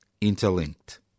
interlinked